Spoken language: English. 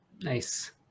Nice